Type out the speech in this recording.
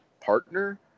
partner